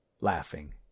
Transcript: laughing